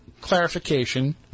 clarification